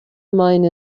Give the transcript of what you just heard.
mine